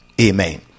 Amen